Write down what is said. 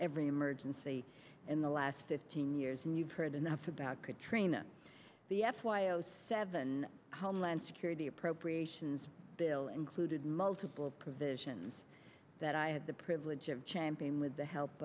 every emergency in the last fifteen years and you've heard enough about katrina the f y o seven homeland security appropriations bill included multiple provisions that i had the privilege of champaign with the help